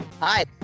hi